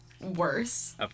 worse